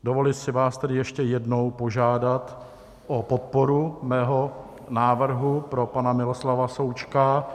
Dovoluji si vás tedy ještě jednou požádat o podporu mého návrhu pro pana Miloslava Součka.